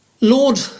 Lord